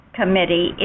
Committee